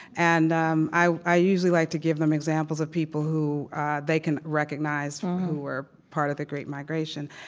and um i i usually like to give them examples of people who they can recognize who were part of the great migration,